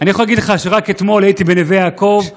יכול להגיד לך שרק אתמול הייתי בנווה יעקב,